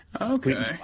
okay